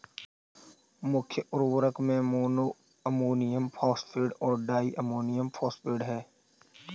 मुख्य उर्वरक में मोनो अमोनियम फॉस्फेट और डाई अमोनियम फॉस्फेट हैं